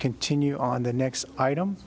continue on the next item